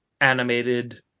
animated